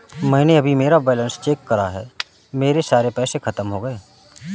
मैंने अभी मेरा बैलन्स चेक करा है, मेरे सारे पैसे खत्म हो गए हैं